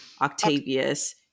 Octavius